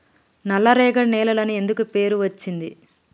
నల్లరేగడి నేలలు అని ఎందుకు పేరు అచ్చింది?